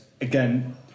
again